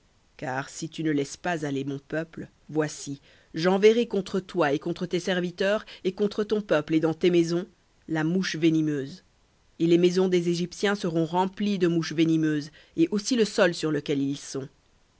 car si tu ne laisses pas aller mon peuple voici j'enverrai contre toi et contre tes serviteurs et contre ton peuple et dans tes maisons la mouche venimeuse et les maisons des égyptiens seront remplies de mouches venimeuses et aussi le sol sur lequel ils sont